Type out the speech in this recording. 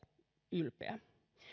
ylpeä